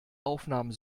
aufnahmen